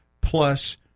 plus